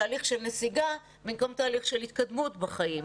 תהליך של נסיגה במקום תהליך של התקדמות בחיים.